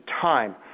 time